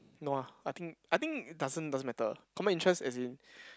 no ah I think I think it doesn't doesn't matter common interest as in